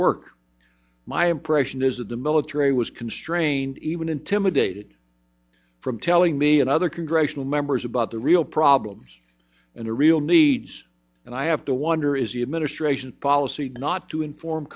work my impression is that the military was constrained even intimidated from telling me and other congressional members about the real problems and the real needs and i have to wonder is the administration policy not to inform